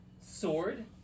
sword